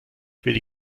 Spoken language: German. will